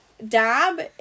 dab